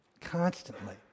Constantly